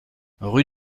rue